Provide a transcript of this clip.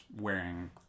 wearing